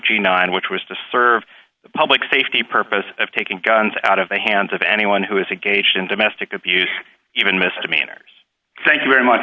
g nine which was to serve the public safety purpose of taking guns out of the hands of anyone who is a gauged in domestic abuse even misdemeanors